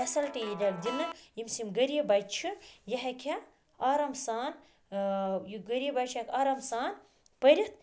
facility ییہِ دِنہٕ ییمِس یِم غریب بَچہِ چھِ یہِ ہیٚکہا آرام سان یہِ غریب بَچہِ ہیٚکہِ آرام سان پٔرِتھ